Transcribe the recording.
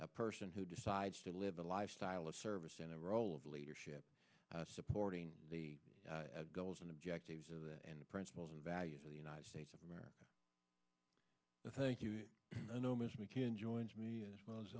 a person who decides to live a life style of service and the role of leadership supporting the goals and objectives of that and the principles and values of the united states of america i think you know mr mccann joins me as well as